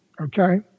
Okay